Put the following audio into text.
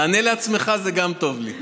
תענה לעצמך, זה גם טוב לי.